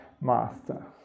master